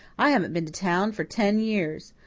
i haven't been to town for ten years.